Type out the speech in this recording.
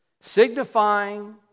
Signifying